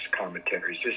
commentaries